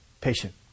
patient